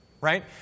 right